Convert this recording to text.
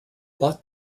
bought